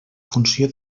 funció